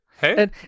Hey